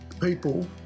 people